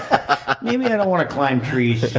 i don't want to climb trees,